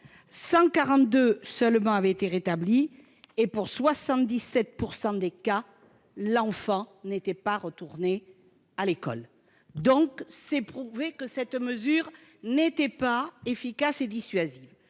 seulement ont été rétablies, et dans 77 % des cas, l'enfant n'était pas retourné à l'école. Il est donc prouvé que cette mesure n'était pas efficace et dissuasive.